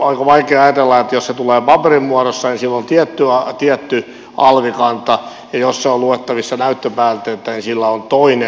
on vaikeaa ajatella että jos se tulee paperin muodossa niin sillä on tietty alvikanta ja jos se on luettavissa näyttöpäätteeltä niin sillä on toinen